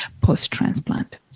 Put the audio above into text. post-transplant